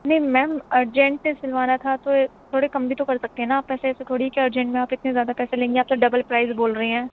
نہیں ma'am urgent سے سِلوانا تھا تو یہ تھوڑے کم بھی تو کر سکتی ہیں نا آپ پیسے ایسا تھوڑی ہے کہ ارجینٹ میں آپ اتنے زیادہ پیسے لیں گی آپ تو ڈبل پرائز بول رہی ہیں